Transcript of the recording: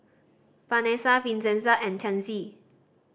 Vanesa Vincenza and Chancey